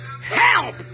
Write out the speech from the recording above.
help